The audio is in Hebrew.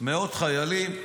מאות חיילים.